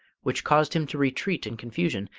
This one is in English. which caused him to retreat in confusion,